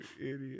idiot